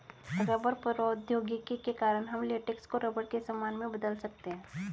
rubber प्रौद्योगिकी के कारण हम लेटेक्स को रबर के सामान में बदल सकते हैं